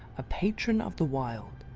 a patron of the wild.